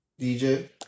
DJ